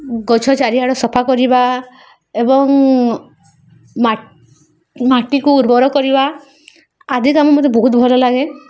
ଗଛ ଚାରିଆଡ଼ ସଫା କରିବା ଏବଂ ମା ମାଟିକୁ ଉର୍ବର କରିବା ଆଦି କାମ ମୋତେ ବହୁତ ଭଲ ଲାଗେ